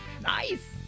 Nice